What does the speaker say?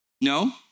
No